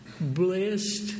blessed